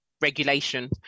regulation